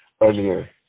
Earlier